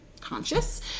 conscious